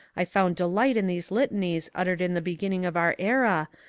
i found delight in these litanies uttered in the beginning of our era,